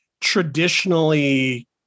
traditionally